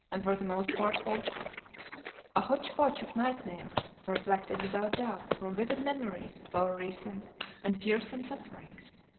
and for the most part awful a hotch-potch of nightmares, reflected without doubt from vivid memories of our recent and fearsome sufferings.